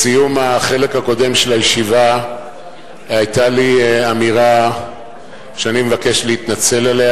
בסיום החלק הקודם של הישיבה היתה לי אמירה שאני מבקש להתנצל עליה.